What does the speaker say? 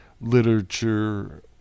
literature